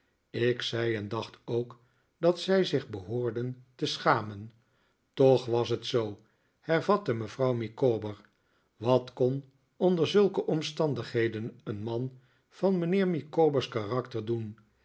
ik zei en dacht ook dat zij zich behoorden te schamen toch was het zoo hervatte mevrouw micawber wat kon onder zulke omstandigheden een man van mijnheer micawber's karakter doen